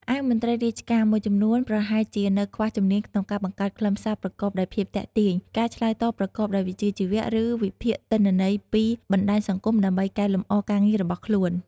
ឯមន្ត្រីរាជការមួយចំនួនប្រហែលជានៅខ្វះជំនាញក្នុងការបង្កើតខ្លឹមសារប្រកបដោយភាពទាក់ទាញ ការឆ្លើយតបប្រកបដោយវិជ្ជាជីវៈ ឬវិភាគទិន្នន័យពីបណ្ដាញសង្គមដើម្បីកែលម្អការងាររបស់ខ្លួន។